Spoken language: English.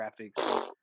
graphics